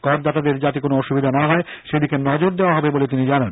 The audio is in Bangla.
করদাতাদের যাতে কোনো অসুবিধা না হয় সে দিকে নজর দেওয়া হবে বলে তিনি জানান